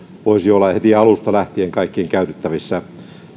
voisi olla heti alusta lähtien kaikkien käytettävissä